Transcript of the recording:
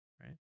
right